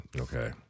Okay